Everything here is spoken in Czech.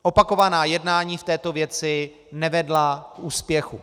Opakovaná jednání v této věci nevedla k úspěchu.